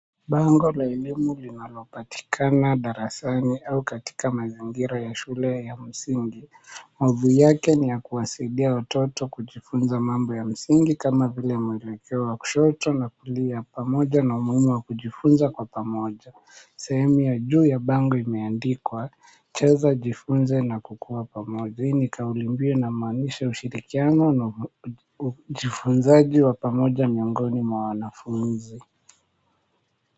Bango la elimu linalopatikana darasani au katika mazingira ya shule ya msingi, maudhui yake ni ya kuwasaidia watoto kujifunza mambo ya msikiti kama vile mwelekeo wa kushoto na wa kulia pamoja na umuhimu wa kujifunza kwa pamoja. Sehemu ya juu ya bango imeandikwa Cheza, Jifunze na Kukuwa Pamoja. Hii ni kauli inamaanisha ushirikiano ukjifunzaji wa pamoja miongoni mwa wanafunzi.